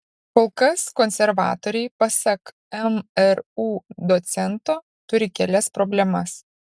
kol kas konservatoriai pasak mru docento turi kelias problemas